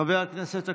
חבר הכנסת אקוניס,